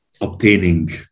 obtaining